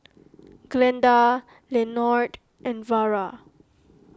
Glenda Lenord and Vara